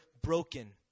broken